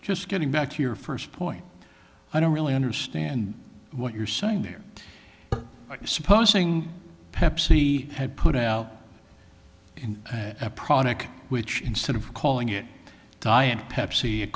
just getting back to your first point i don't really understand what you're saying here supposing pepsi had put out a product which instead of calling it diet pepsi a